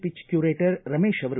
pitch curator Ramesh ಅವರು